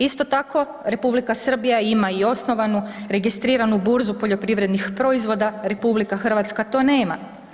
Isto tako, Republika Srbija ima i osnovanu registriranu burzu poljoprivrednih proizvoda, RH to nema.